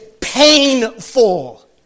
painful